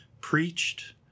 preached